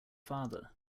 father